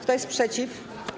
Kto jest przeciw?